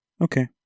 Okay